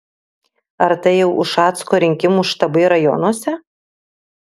ar tai jau ušacko rinkimų štabai rajonuose